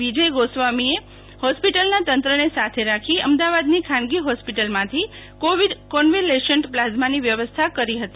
વિજય ગોસ્વામીએ હોસ્પિટલનાં તંત્રને સાથે રાખી અમદાવાદની ખાનગી હોસ્પિટલમાંથી કોવિડ કોન્વેલેશન્ટ પ્લાઝમાની વ્યવસ્થા કરી હતી